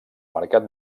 mercat